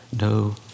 no